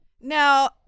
now